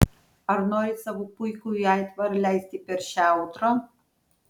ar nori savo puikųjį aitvarą leisti per šią audrą